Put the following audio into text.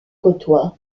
côtoient